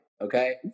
okay